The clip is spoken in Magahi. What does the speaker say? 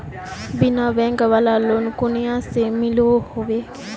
बिना बैंक वाला लोन कुनियाँ से मिलोहो होबे?